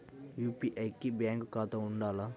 UPI కి bank ఖాతా ఉండాల?